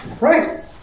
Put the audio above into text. Right